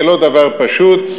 זה לא דבר פשוט,